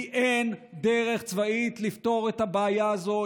כי אין דרך צבאית לפתור את הבעיה הזאת.